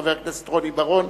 חבר הכנסת רוני בר-און,